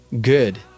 good